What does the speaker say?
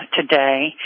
today